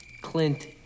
Clint